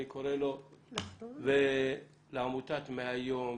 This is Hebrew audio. לעמותת מהיום,